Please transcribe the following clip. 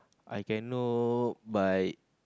I cannot buy